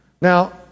Now